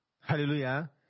Hallelujah